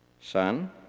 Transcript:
Son